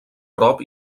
prop